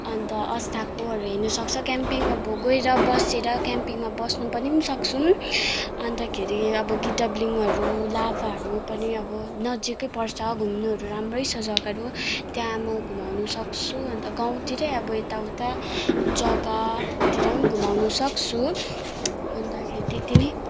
अन्त अस्ताएकोहरू हेर्नु सक्छ क्याम्पिङ अब गएर बसेर क्याम्पिङमा बस्नु पनि सक्छौँ अन्तखेरि अब गिडाब्लिङहरू लाभाहरू पनि अब नजिकै पर्छ घुम्नुहरू राम्रै छ जग्गाहरू त्यहाँ म घुमाउनु सक्छु अन्त गाउँतिरै अब यताउता जग्गातिर पनि घुमाउनु सक्छु अन्तखेरि त्यति नै